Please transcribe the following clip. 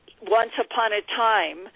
once-upon-a-time